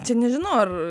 čia nežinau ar